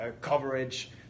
coverage